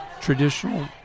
traditional